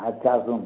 আচ্ছা আসুন